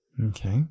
Okay